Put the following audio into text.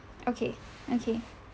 okay okay